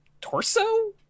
torso